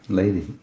lady